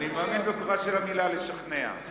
אני מאמין בכוחה של המלה לשכנע.